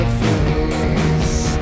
face